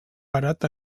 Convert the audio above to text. parat